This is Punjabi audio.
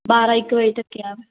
ਬਾਰਾਂ ਇੱਕ ਵਜੇ ਤੱਕ ਆ